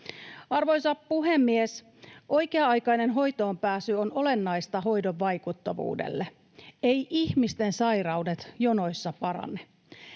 Arvoisa puhemies! Oikea-aikainen hoitoonpääsy on olennaista hoidon vaikuttavuudelle. Eivät ihmisten sairaudet jonoissa parane.